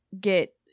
get